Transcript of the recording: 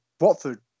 Watford